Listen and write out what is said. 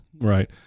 Right